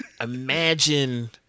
Imagine